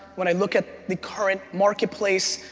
when i look at the current marketplace,